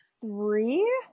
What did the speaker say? Three